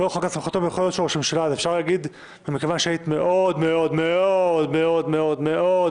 מכיוון שהיית מאוד מאוד מאוד מאוד מאוד